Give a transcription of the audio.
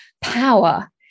power